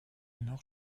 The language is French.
nord